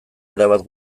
erabat